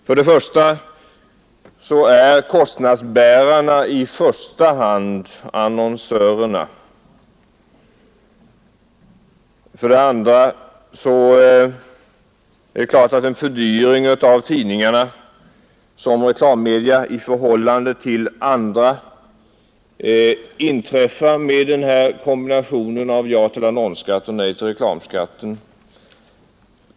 För det första är kostnadsbärarna i första hand annonsörerna. För det andra uppstår det visserligen en fördyring av tidningarna som reklammedia i jämförelse med andra reklammedia genom kombinationen ja till fortsatt annonsskatt och nej till reklamskatt nu.